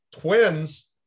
twins